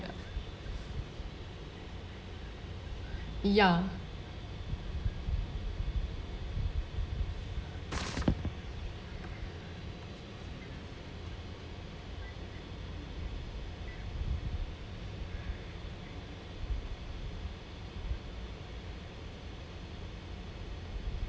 ya